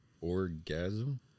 Orgasm